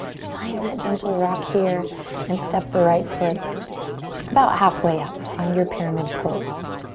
find that gentle rock here and step the right foot about halfway up. find your pyramid pose.